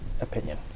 Opinion